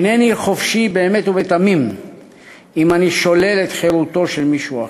אינני חופשי באמת ובתמים אם אני שולל את חירותו של מישהו אחר.